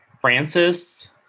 Francis